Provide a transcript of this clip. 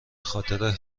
خاطر